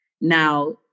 Now